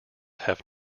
have